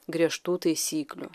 griežtų taisyklių